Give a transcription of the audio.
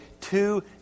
two